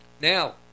Now